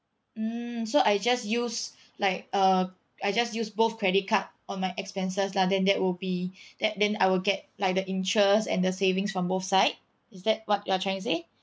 mm so I just use like uh I just use both credit card on my expenses lah then that would be then then I will get like the interest and the savings from both side is that what you're trying to say